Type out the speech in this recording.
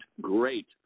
Great